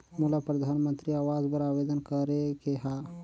मोला परधानमंतरी आवास बर आवेदन करे के हा?